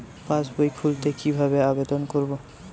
পাসবই খুলতে কি ভাবে আবেদন করব?